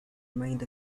remained